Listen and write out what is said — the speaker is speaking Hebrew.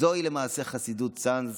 זוהי למעשה חסידות צאנז,